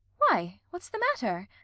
why, what's the matter?